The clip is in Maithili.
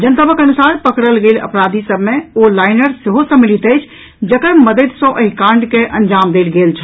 जनतबक अनुसार पकड़ल गेल अपराधी सभ मे ओ लाइनर सेहो सम्मिलित अछि जकर मददि सँ एहि कांड के अंजाम देल गेल छल